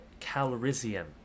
Calrissian